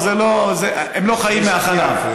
הם לא חיים מהחלב.